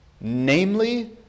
namely